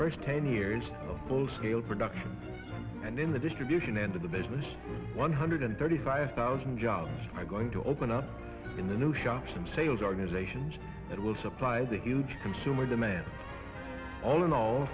first ten years of post scale production and in the distribution end of the business one hundred thirty five thousand jobs are going to open up in the new shops and sales organizations that will supply the huge consumer demand all in all